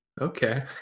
Okay